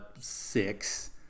six